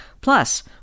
plus